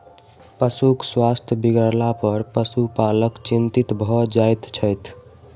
पशुक स्वास्थ्य बिगड़लापर पशुपालक चिंतित भ जाइत छथि